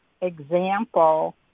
example